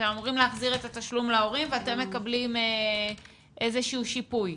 אתם אמורים להחזיר את התשלום להורים ואתם מקבלים איזשהו שיפוי.